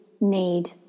need